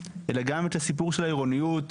אלא גם את הסיפור של העירוניות.